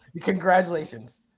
congratulations